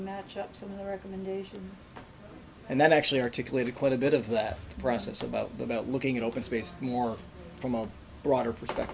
match ups on the recommendation and then actually articulated quite a bit of that process about about looking at open space more from a broader per